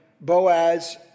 Boaz